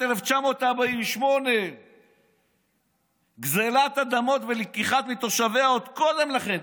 1948. גזלת אדמות ולקיחה מתושביה עוד קודם לכן,